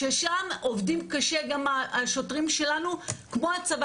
ששם עובדים קשה גם השוטרים שלנו, כמו הצבא.